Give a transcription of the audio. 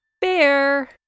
Bear